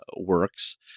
works